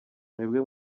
mwebwe